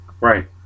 Right